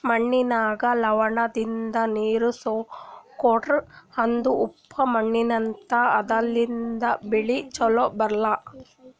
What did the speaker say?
ಮಣ್ಣಿನಾಗ್ ಲವಣ ಇದ್ದಿದು ನೀರ್ ಸೇರ್ಕೊಂಡ್ರಾ ಅದು ಉಪ್ಪ್ ಮಣ್ಣಾತದಾ ಅದರ್ಲಿನ್ಡ್ ಬೆಳಿ ಛಲೋ ಬರ್ಲಾ